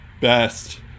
best